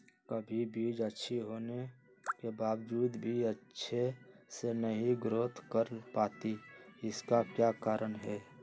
कभी बीज अच्छी होने के बावजूद भी अच्छे से नहीं ग्रोथ कर पाती इसका क्या कारण है?